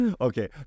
Okay